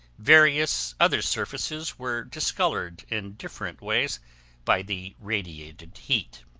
various other surfaces were discolored in different ways by the radiated heat.